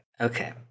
okay